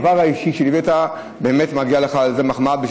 הדבר האישי, שליווית, באמת מגיעה לך על זה מחמאה.